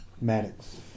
Maddox